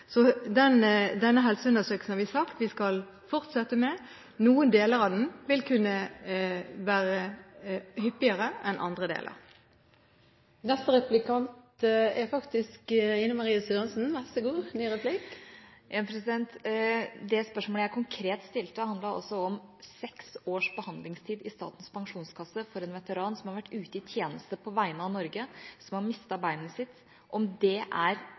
Så denne helseundersøkelsen har vi sagt at vi skal fortsette med. Noen deler av den vil kunne være hyppigere enn andre deler. Det spørsmålet jeg konkret stilte, handlet om seks års behandlingstid i Statens pensjonskasse for en veteran som har vært ute i tjeneste på vegne av Norge, og som har mistet beinet sitt – om det er